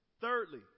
Thirdly